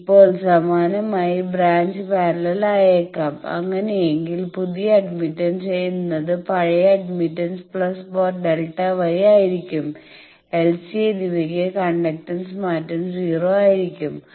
ഇപ്പോൾ സമാനമായി branch parallel ആയെക്കാം അങ്ങനെയെങ്കിൽ പുതിയ അഡ്മിറ്റൻസ് എന്നത് പഴയ അഡ്മിറ്റൻസ് പ്ലസ് ΔY ആയിരിക്കും L C എന്നിവയ്ക്ക് കണ്ടക്റ്റൻസ് മാറ്റം 0 ആയിരിക്കും